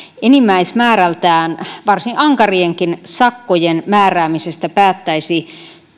enimmäismäärältään varsin ankarienkin sakkojen määräämisestä päättäisi